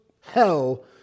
hell